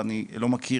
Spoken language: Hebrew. ואני לא מכיר,